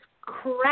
crap